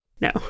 No